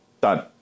done